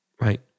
right